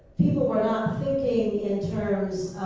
people were not thinking in terms